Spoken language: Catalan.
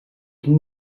quin